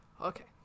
Okay